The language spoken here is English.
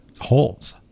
holds